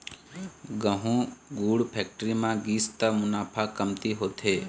कहूँ गुड़ फेक्टरी म गिस त मुनाफा कमती होथे